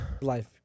life